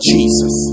Jesus